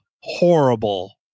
horrible